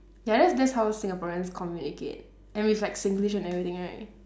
ya that's that's how singaporeans communicate and with like singlish and everything right